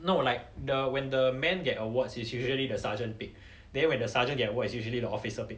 no like the when the man get awards is usually the sergeant pick then when the sergeant get award is usually the officer pick